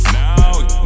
now